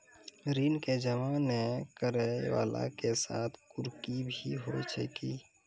ऋण के जमा नै करैय वाला के साथ कुर्की भी होय छै कि?